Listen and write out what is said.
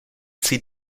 sie